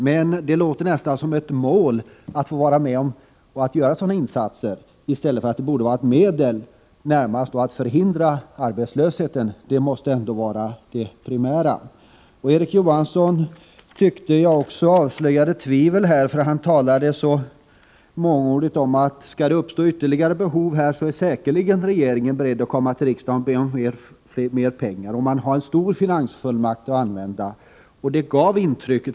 Men det lät nästan som om det var ett mål att få vara med och göra sådana insatser, i stället för att det borde vara ett medel, närmast för att förhindra arbetslöshet. Det måste ändå vara det primära. Erik Johansson avslöjade här tvivel, när han mångordigt talade om att regeringen säkerligen är beredd att komma till riksdagen och be om mer pengar om det skulle uppstå ytterligare behov och att man dessutom har en stor finansfullmakt.